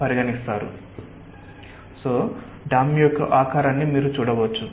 కాబట్టి డ్యామ్ యొక్క ఆకారాన్ని మీరు చూడవచ్చు